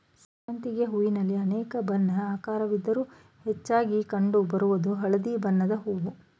ಸೇವಂತಿಗೆ ಹೂವಿನಲ್ಲಿ ಅನೇಕ ಬಣ್ಣ ಆಕಾರವಿದ್ರೂ ಹೆಚ್ಚಾಗಿ ಕಂಡು ಬರೋದು ಹಳದಿ ಬಣ್ಣದ್ ಹೂವು